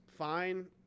fine